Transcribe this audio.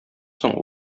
соң